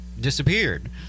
disappeared